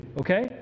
okay